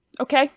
Okay